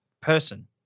person